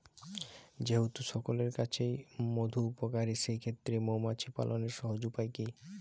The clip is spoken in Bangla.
যেহেতু সকলের কাছেই মধু উপকারী সেই ক্ষেত্রে মৌমাছি পালনের সহজ উপায় কি?